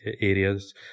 areas